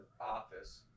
office